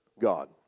God